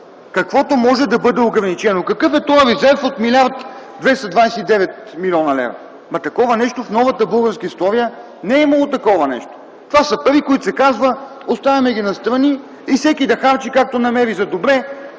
каквото може, да бъде ограничено. Какъв е този резерв от 1 млрд. 229 млн. лв.? В новата българска история не е имало такова нещо. Това са пари, за които се казва – оставяме ги настрани и всеки да харчи както намери за добре